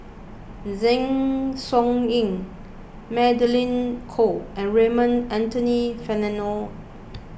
Zeng Shouyin Magdalene Khoo and Raymond Anthony Fernando